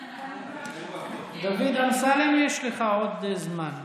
דוד אמסלם, יש לך עוד זמן.